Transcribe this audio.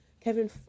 Kevin